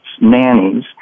nannies